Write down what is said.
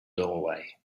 doorway